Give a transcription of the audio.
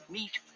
Meet